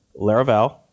Laravel